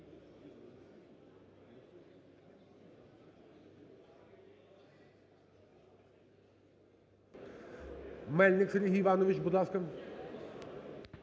Мельник Сергій Іванович, будь ласка.